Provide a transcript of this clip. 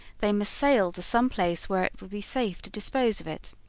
they must sail to some place where it would be safe to dispose of it.